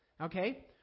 okay